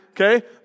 okay